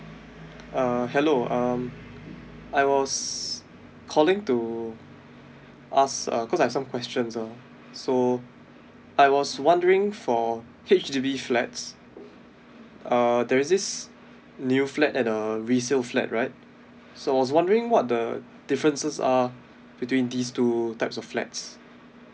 uh hello um I was calling to ask uh cause I've some questions ah so I was wondering for H_D_B flats uh there is this new flat at a resale flat right so I was wondering what the differences are between these two types of flats